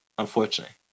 Unfortunately